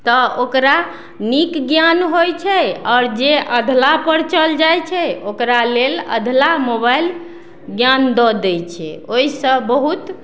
तऽ ओकरा नीक ज्ञान होइ छै आओर जे अधलाहपर चल जाइ छै ओकरा लेल अधलाह मोबाइल ज्ञान दऽ दै छै ओइसँ बहुत